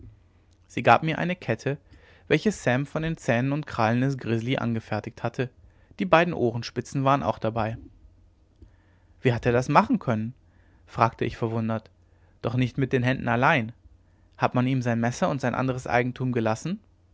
sie gab mir eine kette welche sam von den zähnen und krallen des grizzly angefertigt hatte die beiden ohrenspitzen waren auch dabei wie hat er das machen können fragte ich verwundert doch nicht mit den händen allein hat man ihm sein messer und sein anderes eigentum gelassen